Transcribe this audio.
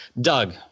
Doug